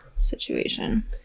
situation